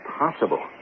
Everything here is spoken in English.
impossible